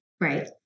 Right